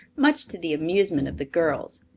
much to the amusement of the girls.